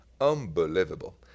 Unbelievable